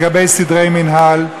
לגבי סדרי מינהל,